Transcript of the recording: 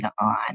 on